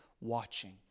watching